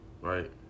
right